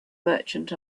merchant